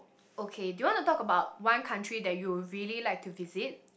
okay do you wanna talk about one country that you really like to visit